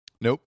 Nope